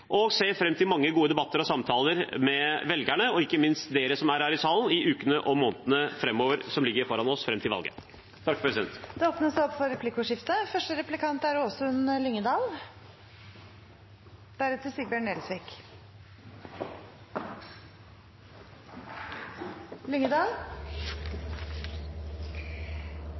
og bygd. Jeg ser fram til mange gode debatter og samtaler med velgerne, og ikke minst dere som er her i salen, i ukene og månedene som ligger foran oss fram til valget. Det blir replikkordskifte. Det har lenge vært tverrpolitisk enighet om at det er